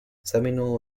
seminole